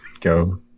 go